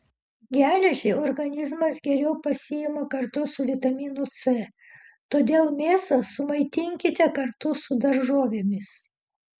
geležį organizmas geriau pasiima kartu su vitaminu c todėl mėsą sumaitinkite kartu su daržovėmis